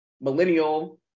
millennial